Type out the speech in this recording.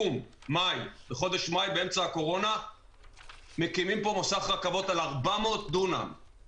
בום בחודש מאי באמצע הקורונה מקימים פה מוסך רכבות על 400 דונם.